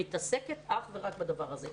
אני מתעסקת אך ורק בדבר הזה.